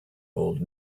old